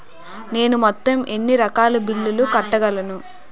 నేను మొత్తం ఎన్ని రకాల బిల్లులు కట్టగలను?